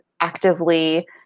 actively